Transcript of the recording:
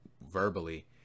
Verbally